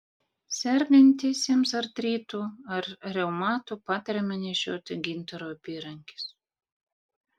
sergantiesiems artritu ar reumatu patariama nešioti gintaro apyrankes